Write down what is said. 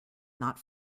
not